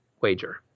wager